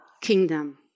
kingdom